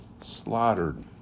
slaughtered